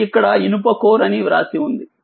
అది ఇక్కడ ఇనుప కోర్ అని వ్రాసి ఉంది